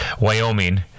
Wyoming